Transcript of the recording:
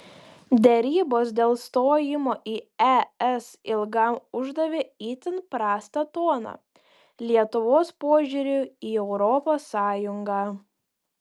derybos dėl stojimo į es ilgam uždavė itin prastą toną lietuvos požiūriui į europos sąjungą